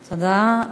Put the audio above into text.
תודה.